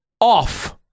off